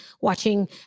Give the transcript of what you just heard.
watching